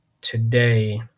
today